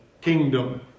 kingdom